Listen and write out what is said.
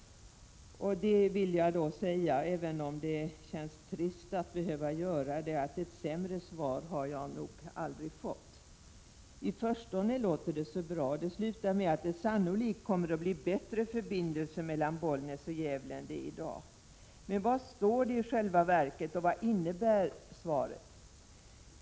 Jag vill bara säga, även om det känns trist att behöva göra det, att ett sämre svar har jag nog aldrig fått. I förstone låter det så bra — det slutar med att det sannolikt kommer att bli bättre förbindelser mellan Bollnäs och Gävle än i dag. Men vad står det i själva verket, och vad innebär svaret?